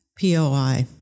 POI